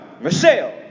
Michelle